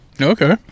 Okay